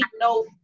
no